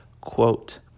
quote